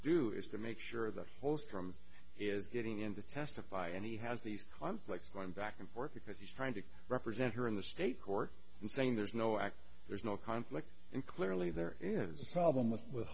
do is to make sure the whole storm is getting him to testify and he has the conflict going back and forth because he's trying to represent her in the state court and saying there's no act there's no conflict and clearly there is a problem with with